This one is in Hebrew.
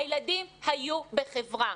הילדים היו בחברה.